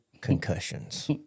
concussions